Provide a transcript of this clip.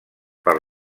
per